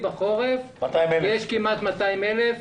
בחורף יש כמעט 200 אלף